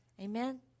Amen